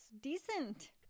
decent